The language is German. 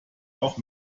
auch